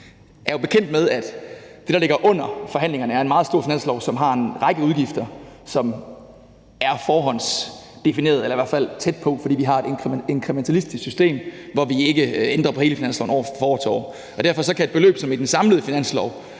bekendt med, at det, der ligger under forhandlingerne, er en meget stor finanslov, som har en række udgifter, som er forhåndsdefineret eller i hvert fald tæt på, fordi vi har et inkrementalistisk system, hvor vi ikke ændrer på hele finansloven fra år til år. Derfor kan et beløb, som i den samlede finanslov